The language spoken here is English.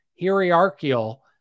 hierarchical